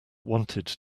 wanted